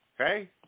Okay